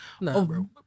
No